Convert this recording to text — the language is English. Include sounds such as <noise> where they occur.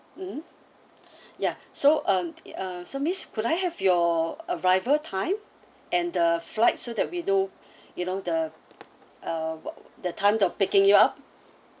mmhmm <breath> ya so um <noise> uh so miss could I have your arrival time and the flight so that we know <breath> you know the uh what the time the picking you up